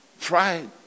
Pride